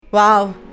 Wow